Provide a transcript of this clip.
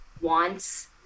wants